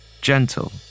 gentle